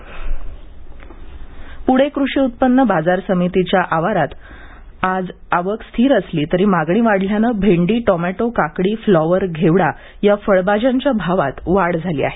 प्णे कृषी उत्पन्न बाजार समितीच्या आवारात आज आवक स्थिर असली तरी मागणी वाढल्यानं भेंडी टोमॅटो काकडी फ्लॉवर घेवडा या फळभाज्यांच्या भावात वाढ झाली आहे